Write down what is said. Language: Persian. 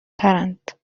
ترند